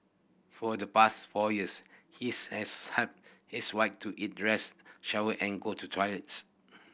for the past four years he's has helped his wife to eat dress shower and go to toilet